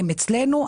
הן אצלנו.